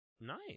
nice